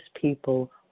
people